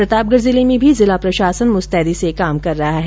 प्रतापगढ़ जिले में भी जिला प्रशासन मुस्तैदी से काम कर रहा है